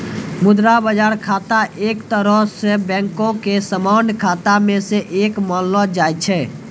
मुद्रा बजार खाता एक तरहो से बैंको के समान्य खाता मे से एक मानलो जाय छै